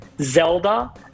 Zelda